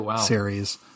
series